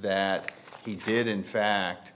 that he did in fact